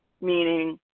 meaning